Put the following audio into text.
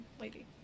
Lady